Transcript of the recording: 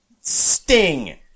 Sting